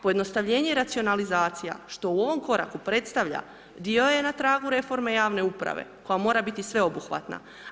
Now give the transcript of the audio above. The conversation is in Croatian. Pojednostavljenje i racionalizacija što u ovom koraku predstavlja dio je na tragu reforme javne uprave koja mora biti sveobuhvatna.